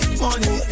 money